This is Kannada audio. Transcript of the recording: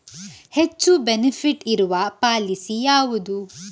ಹೆಚ್ಚು ಬೆನಿಫಿಟ್ ಇರುವ ಪಾಲಿಸಿ ಯಾವುದು?